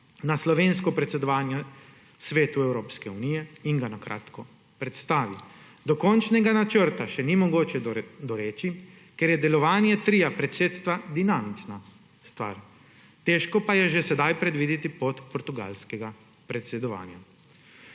na slovensko predsedovanje Svetu Evropske unije in ga na kratko predstavi. Dokončnega načrta še ni mogoče doreči, ker je delovanje tria predsedstva dinamična stvar, težko pa je že sedaj predvideti pot portugalskega predsedovanja.